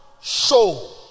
Show